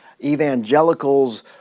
Evangelicals